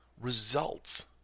results